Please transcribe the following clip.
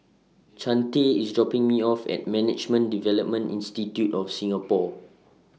Chante IS dropping Me off At Management Development Institute of Singapore